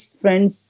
friends